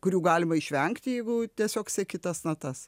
kurių galima išvengti jeigu tiesiog seki tas natas